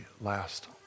last